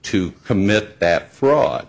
to commit that fraud